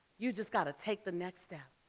you just gotta take the next step.